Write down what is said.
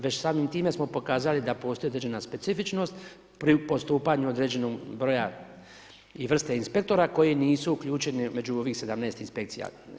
Već samim time smo pokazali da postoji određena specifičnost pri postupanju određenog broja i vrste inspektora koji nisu uključeni među ovih 17 inspekcija.